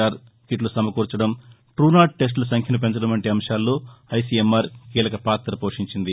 are కీట్ల సమకూర్చటం Truenat టెస్టుల సంఖ్యను పెంచడం వంటి అంశాల్లో ఐసీఎంఆర్ కీలకపాత పోషించింది